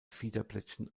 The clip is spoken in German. fiederblättchen